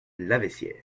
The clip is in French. laveissière